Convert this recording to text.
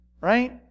right